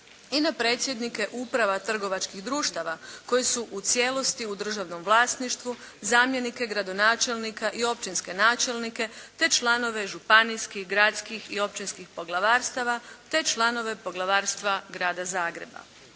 i na predsjednike uprava trgovačkih društava koje su u cijelosti u državnom vlasništvu, zamjenike gradonačelnika i općinske načelnike te članove županijskih, gradskih i općinskih poglavarstava te članove poglavarstva Grada Zagreba.